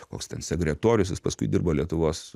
koks ten sekretorius jis paskui dirbo lietuvos